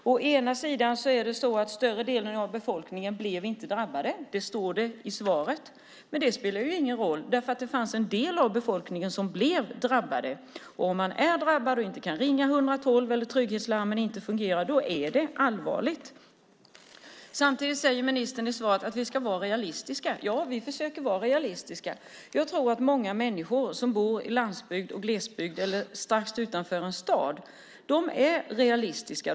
Det framkom i svaret att större delen av befolkningen inte drabbades. Men det spelar ingen roll därför att en del av befolkningen blev drabbad. Det är allvarligt om man är drabbad och inte kan ringa 112 eller att trygghetslarmet inte fungerar. Samtidigt sade ministern i sitt svar att vi ska vara realistiska. Ja, vi försöker vara realistiska. Jag tror att många människor som bor på landsbygden, i glesbygden eller strax utanför en stad är realistiska.